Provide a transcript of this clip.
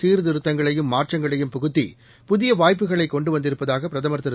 சீர்திருத்தங்களையும் மாற்றங்களையும் புகுத்தி புதியவாய்ப்புகளைகொண்டுவந்திருப்பதாகபிரதுர் திரு